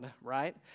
right